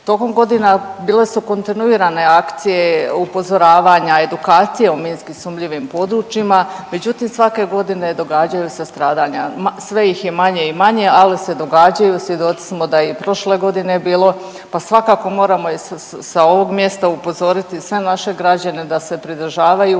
Toliko godina bile su kontinuirane akcije, upozoravanja, edukacije o minski sumnjivim područjima, međutim, svake godine događaju se stradanja, sve ih je manje i manje, ali se događaju, svjedoci smo da je i prošle godine bilo, pa svakako moramo i sa ovog mjesta upozoriti sve naše građane da se pridržavaju,